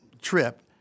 trip